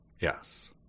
Yes